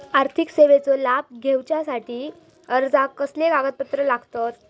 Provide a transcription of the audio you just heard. आर्थिक सेवेचो लाभ घेवच्यासाठी अर्जाक कसले कागदपत्र लागतत?